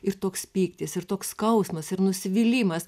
ir toks pyktis ir toks skausmas ir nusivylimas